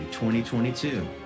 2022